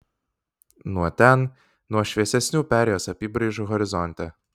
nuo ten nuo šviesesnių perėjos apybraižų horizonte